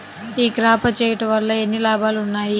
ఈ క్రాప చేయుట వల్ల ఎన్ని లాభాలు ఉన్నాయి?